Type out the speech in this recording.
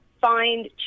find